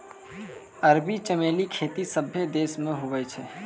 अरबी चमेली खेती सभ्भे देश मे हुवै छै